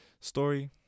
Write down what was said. story